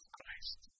Christ